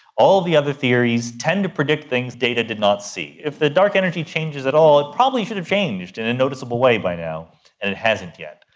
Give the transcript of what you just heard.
all the other theories tend to predict things data did not see. if the dark energy changes at all it probably should have changed in a noticeable way by now and it hasn't yet.